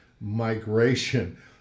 migration